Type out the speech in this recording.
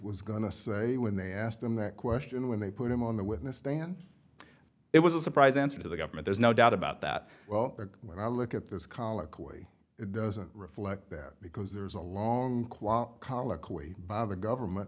was going to say when they asked him that question when they put him on the witness stand it was a surprise answer to the government there's no doubt about that well when i look at this colloquy it doesn't reflect that because there's a long colloquy by the government